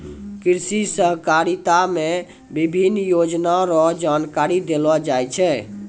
कृषि सहकारिता मे विभिन्न योजना रो जानकारी देलो जाय छै